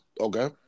Okay